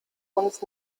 uns